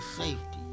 safety